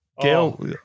gail